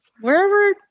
wherever